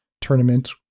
tournament